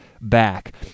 back